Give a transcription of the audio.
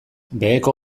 beheko